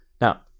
now